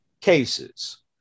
cases